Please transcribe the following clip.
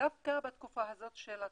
דווקא בתקופה הזאת של הקורונה,